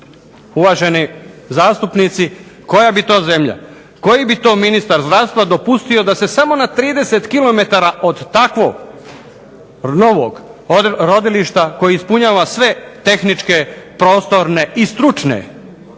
uvaženi zastupnici, koja bi to zemlja, koji bi to ministar zdravstva dopustio da se samo na 30 km od takvog novog rodilišta koje ispunjava sve tehničke, prostorne i stručne uvjete